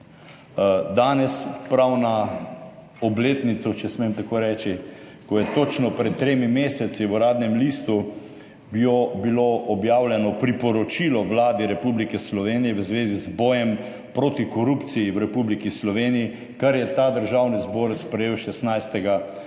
Danes, prav na obletnico, če smem tako reči, ko je točno pred tremi meseci v Uradnem listu bilo, bilo objavljeno priporočilo Vladi Republike Slovenije v zvezi z bojem proti korupciji v Republiki Sloveniji, kar je ta Državni zbor sprejel 16.